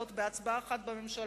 עמדו בהבטחה הזאת בהצבעה אחת בממשלה,